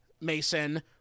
Mason